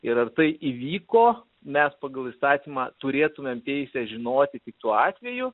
ir ar tai įvyko mes pagal įstatymą turėtumėm teisę žinoti tik tuo atveju